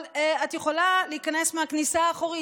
אבל את יכולה להיכנס מהכניסה האחורית.